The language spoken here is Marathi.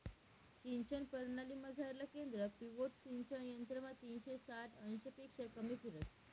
सिंचन परणालीमझारलं केंद्र पिव्होट सिंचन यंत्रमा तीनशे साठ अंशपक्शा कमी फिरस